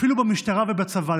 אפילו במשטרה ובצבא,